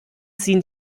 ziehen